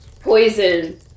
Poison